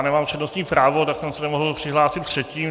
Nemám přednostní právo, tak jsem se nemohl přihlásit předtím.